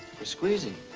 for squeezing.